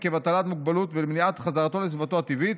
עקב הטלת מגבלות ומניעת חזרתו לסביבתו הטבעית,